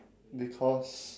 because